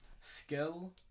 skill